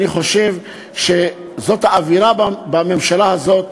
אני חושב שזאת האווירה בממשלה הזאת,